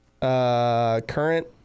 current